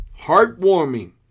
heartwarming